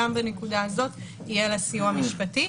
גם בנקודה הזאת יהיה לה סיוע משפטי.